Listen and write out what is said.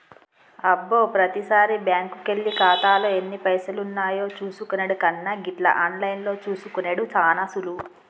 అబ్బో ప్రతిసారి బ్యాంకుకెళ్లి ఖాతాలో ఎన్ని పైసలున్నాయో చూసుకునెడు కన్నా గిట్ల ఆన్లైన్లో చూసుకునెడు సాన సులువు